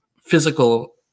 physical